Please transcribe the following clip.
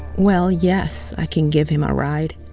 well yes, i can give him a ride,